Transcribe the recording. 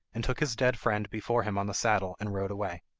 and took his dead friend before him on the saddle, and rode away.